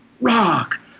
rock